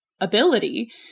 ability